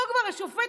פה השופט